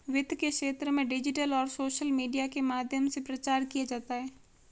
वित्त के क्षेत्र में डिजिटल और सोशल मीडिया के माध्यम से प्रचार किया जाता है